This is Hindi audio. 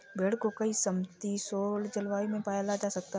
भेड़ को कई समशीतोष्ण जलवायु में पाला जा सकता है